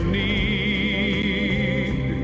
need